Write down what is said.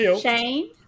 Shane